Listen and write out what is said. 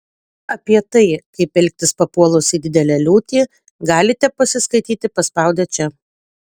apie tai kaip elgtis papuolus į didelę liūtį galite pasiskaityti paspaudę čia